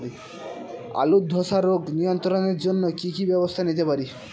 আলুর ধ্বসা রোগ নিয়ন্ত্রণের জন্য কি কি ব্যবস্থা নিতে পারি?